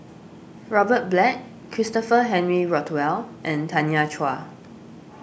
Robert Black Christopher Henry Rothwell and Tanya Chua